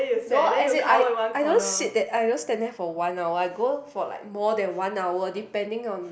no as in I I don't sit that I don't stand there for one hour I go for like more than one hour depending on